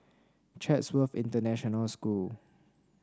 Chatsworth International School